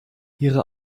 ihre